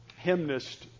hymnist